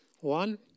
one